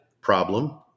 problem